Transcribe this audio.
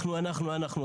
'אנחנו' 'אנחנו' 'אנחנו'.